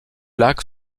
lacs